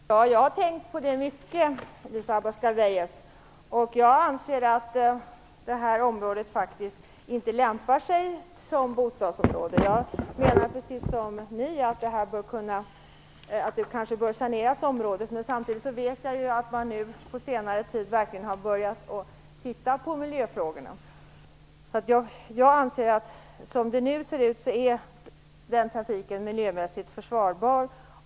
Herr talman! Jag har tänkt mycket på det, Elisa Abascal Reyes. Jag anser att detta område inte är lämpligt som bostadsområde. Jag menar precis som ni att området bör saneras. Samtidigt vet jag att man nu på senare tid verkligen har börjat att titta på miljöfrågorna. Jag anser att som det nu ser ut så är den trafiken miljömässigt försvarbar.